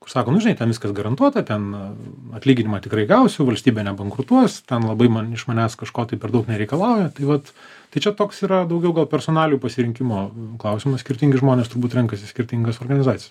kur sako nu žinai ten viskas garantuota ten atlyginimą tikrai gausiu valstybė nebankrutuos ten labai man iš manęs kažko tai per daug nereikalauja tai vat tai čia toks yra daugiau gal personalijų pasirinkimo klausimas skirtingi žmonės turbūt renkasi skirtingas organizacijas